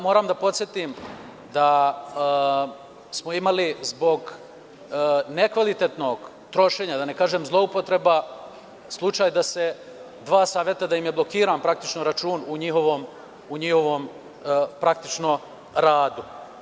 Moram da podsetim da smo imali zbog nekvalitetnog trošenja, da ne kažem zloupotreba, slučaj dva Saveta, da im je praktično blokiran račun u njihovom radu.